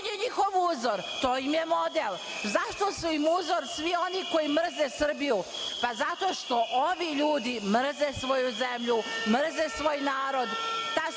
On je njihov uzor, to im je model. Zašto su im uzor svi oni koji mrze Srbiju? Zato što ovi ljude mrze svoju zemlju, mrze svoj narod.